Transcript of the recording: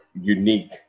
unique